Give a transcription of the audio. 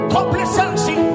Complacency